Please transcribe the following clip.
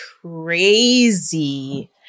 crazy